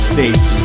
States